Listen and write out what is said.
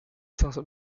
saint